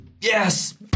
Yes